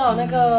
mm